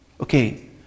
Okay